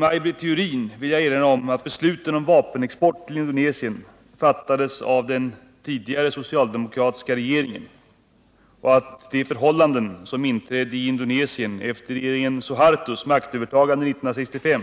Jag vill erinra om, fru Maj Britt Theorin, att besluten om vapenexport till Indonesien fattades av den tidigare socialdemokratiska regeringen och att de förhållanden som inträdde i Indonesien efter regeringen Suhartos maktövertagande 1965